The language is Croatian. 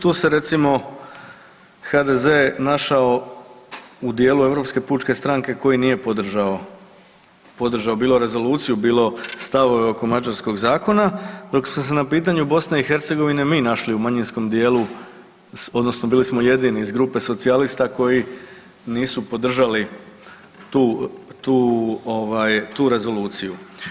Tu se recimo HDZ-e našao u dijelu Europske pučke stranke koji nije podržao bilo rezoluciju, bilo stavove oko mađarskog zakona, dok smo se na pitanju Bosne i Hercegovine mi našli u manjinskom dijelu odnosno bili smo jedini iz grupe socijalista koji nisu podržali tu rezoluciju.